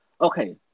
Okay